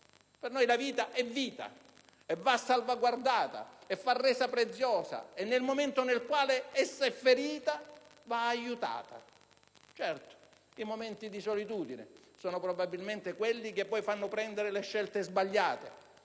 Per noi la vita è vita, va salvaguardata, resa preziosa e, nel momento in cui è ferita, aiutata. Certo i momenti di solitudine sono probabilmente quelli che poi fanno prendere le scelte sbagliate.